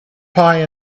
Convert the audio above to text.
pie